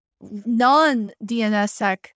non-DNSSEC